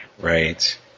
Right